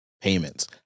payments